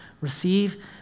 receive